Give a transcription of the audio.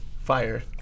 Fire